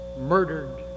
murdered